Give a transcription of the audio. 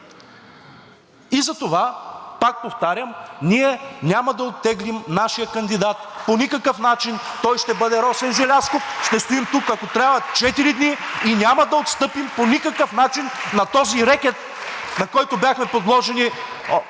И затова, пак повтарям, ние няма да оттеглим нашия кандидат по никакъв начин. (Ръкопляскания от ГЕРБ-СДС.) Той ще бъде Росен Желязков. Ще стоим тук, ако трябва, четири дни и няма да отстъпим по никакъв начин на този рекет, на който бяхме подложени